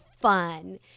fun